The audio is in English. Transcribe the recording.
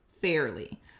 fairly